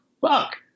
fuck